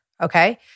okay